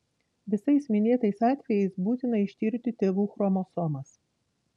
visais minėtais atvejais būtina ištirti tėvų chromosomas